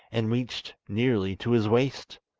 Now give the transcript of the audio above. and reached nearly to his waist.